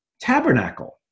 tabernacle